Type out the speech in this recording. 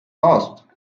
asked